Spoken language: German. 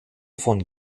von